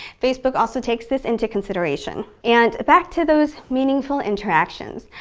facebook also takes this into consideration. and back to those meaningful interactions.